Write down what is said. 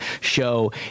show